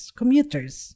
commuters